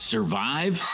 Survive